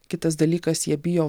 kitas dalykas jie bijo